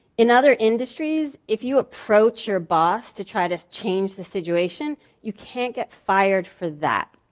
in other industries, if you approach your boss to try to change the situation you can't get fired for that.